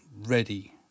ready